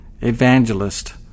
evangelist